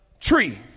tree